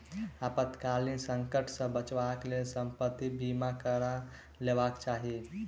आपातकालीन संकट सॅ बचावक लेल संपत्ति बीमा करा लेबाक चाही